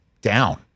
down